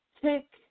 Tick